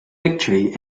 victory